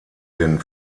den